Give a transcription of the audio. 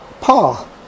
Paul